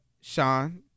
Sean